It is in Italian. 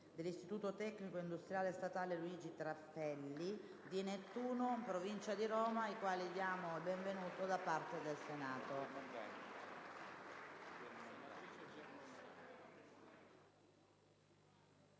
dell'Istituto tecnico industriale statale «Luigi Trafelli» di Nettuno, in provincia di Roma, a cui diamo il benvenuto da parte del Senato.